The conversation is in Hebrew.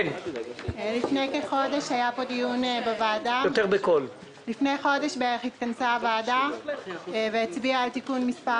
לפני כחודש התכנסה ועדת הכספים והצביעה על תיקון מס'